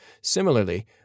Similarly